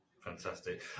Fantastic